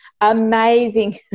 amazing